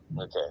Okay